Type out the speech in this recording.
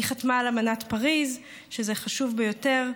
היא חתמה על אמנת פריז, שזה חשוב ביותר,